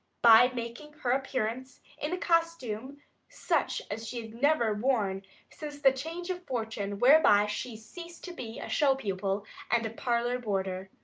by making her appearance in a costume such as she had never worn since the change of fortune whereby she ceased to be a show-pupil and a parlor-boarder.